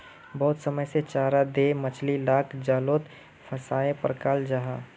बहुत समय से चारा दें मछली लाक जालोत फसायें पक्राल जाहा